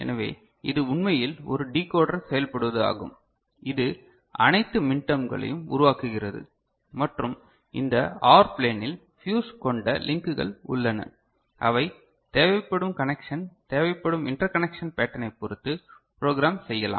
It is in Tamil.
எனவே இது உண்மையில் ஒரு டிகோடர் செயல்படுவது ஆகும் இது அனைத்து மின்டர்ம்களையும் உருவாக்குகிறது மற்றும் இந்த OR ப்ளேனில் ஃபியூஸ் கொண்ட லின்குகள் உள்ளன அவை தேவைப்படும் கனெக்ஷன் தேவைப்படும் இன்டர்கனெக்ஷன் பேட்டனைப் பொறுத்து ப்ரோகராம் செய்யலாம்